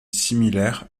similaire